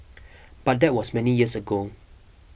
but that was many years ago